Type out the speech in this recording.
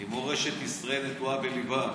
עם מורשת ישראל נטועה בליבם